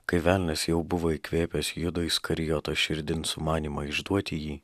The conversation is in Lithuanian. kai velnias jau buvo įkvėpęs judo iskarijoto širdin sumanymą išduoti jį